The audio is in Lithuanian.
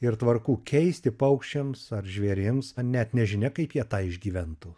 ir tvarkų keisti paukščiams ar žvėrims ar net nežinia kaip jie tą išgyventų